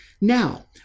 Now